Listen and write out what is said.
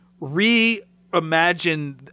reimagine